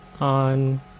on